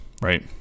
right